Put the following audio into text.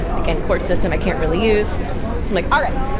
again court system, i can't really use. so i'm like alright,